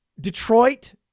Detroit